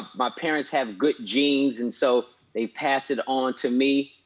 my parents have good genes and so they pass it on to me.